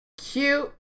cute